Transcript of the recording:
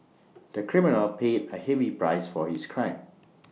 the criminal paid A heavy price for his crime